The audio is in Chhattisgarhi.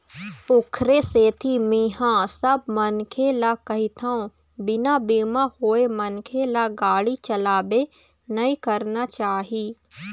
ओखरे सेती मेंहा सब मनखे ल कहिथव बिना बीमा होय मनखे ल गाड़ी चलाबे नइ करना चाही